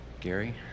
Gary